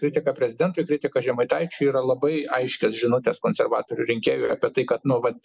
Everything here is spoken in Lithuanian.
kritika prezidentui kritika žemaitaičiui yra labai aiškios žinutės konservatorių rinkėjui apie tai kad nu vat